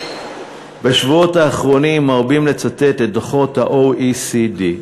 בשבועות האחרונות מרבים לצטט את דוחות ה-OECD.